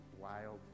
wild